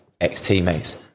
ex-teammates